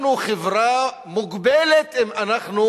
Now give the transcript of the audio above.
אנחנו חברה מוגבלת אם אנחנו